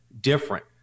different